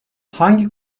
hangi